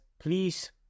please